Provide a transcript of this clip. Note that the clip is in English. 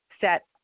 set